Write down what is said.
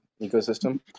ecosystem